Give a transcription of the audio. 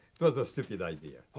it was a stupid idea.